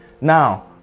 now